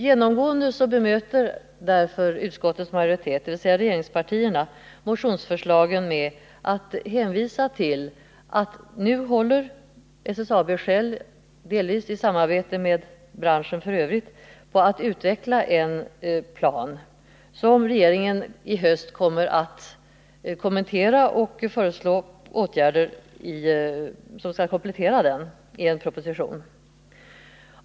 Genomgående bemöter därför utskottsmajoriteten, dvs. regeringspartierna, motionsförslagen genom att hänvisa till att SSAB delvis i samarbete med övriga företag inom branschen håller på att utveckla en plan, som regeringen i höst kommer att kommentera och komplettera i en proposition.